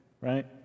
right